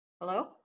Hello